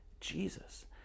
Jesus